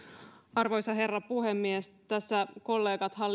arvoisa herra puhemies tässä kollegat